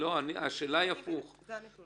--- השאלה היא הפוכה.